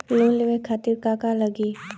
Loan लेवे खातीर का का लगी?